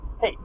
Hey